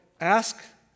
ask